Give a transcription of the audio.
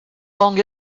long